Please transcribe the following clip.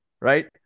right